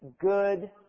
good